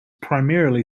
primarily